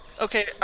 Okay